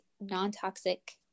non-toxic